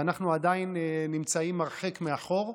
ואנחנו עדיין נמצאים הרחק מאחור.